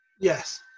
Yes